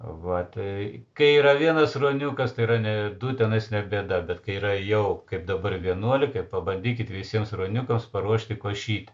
va tai kai yra vienas ruoniukas tai yra ne du tenais ne bėda bet kai yra jau kaip dabar vienuolikai pabandykit visiems ruoniukams paruošti košytę